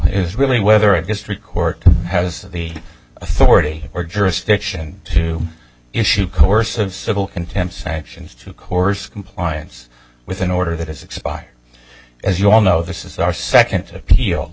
is really whether a district court has the authority or jurisdiction to issue coercive civil contempt sanctions to of course compliance with an order that has expired as you well know this is our second appeal